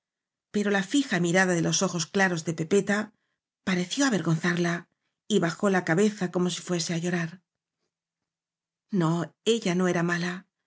pero la fija mirada de los ojos claros de pepeta pareció avergonzarla y bajó la cabeza como si fuese á llorar no ella no era mala